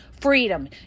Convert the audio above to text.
freedom